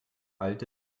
alte